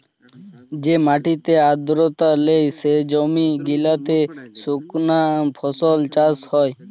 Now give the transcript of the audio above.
যে মাটিতে আদ্রতা লেই, সে জমি গিলাতে সুকনা ফসল চাষ হ্যয়